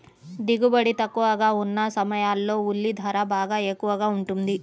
దిగుబడి తక్కువగా ఉన్న సమయాల్లో ఉల్లి ధర బాగా ఎక్కువగా ఉంటుంది